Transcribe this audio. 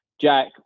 Jack